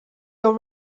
your